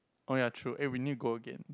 oh ya true eh we need to go again